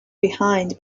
behind